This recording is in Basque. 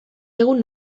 egun